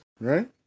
Right